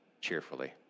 cheerfully